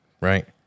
right